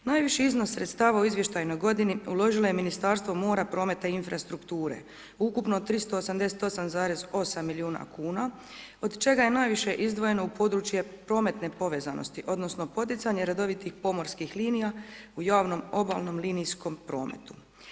Najviši iznos sredstava u izvještajnoj godini uložilo je Ministarstvo mora, prometa i infrastrukture ukupno 388,8 milijuna kuna od čega je najviše izdvojeno u područje prometne povezanosti odnosno poticanje redovitih pomorskih linija u javnom obalnom linijskom prometu.